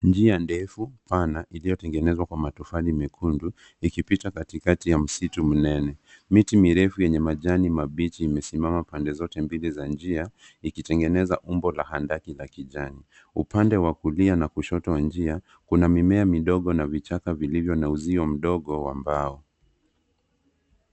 Njia ndefu pana iliyotegenezwa kwa matofali mekundu likipita katikati ya msitu mnene. Miti mirefu yenye majani mabichi imesimama pande zote mbili za njia ikitegeneza umbo la hadaki la kijani. Upande wa kulia na kushoto wa njia kuna mimea midogo na vichaka vilivyo na uzio mdogo wa mbao.